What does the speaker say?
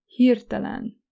hirtelen